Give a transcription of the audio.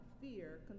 fear